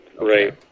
right